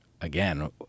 again